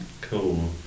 Cool